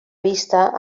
vista